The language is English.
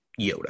Yoda